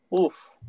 Oof